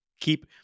keep